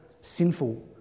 sinful